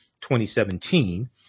2017